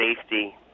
safety